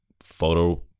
photo